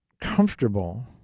comfortable